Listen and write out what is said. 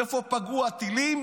איפה פגעו הטילים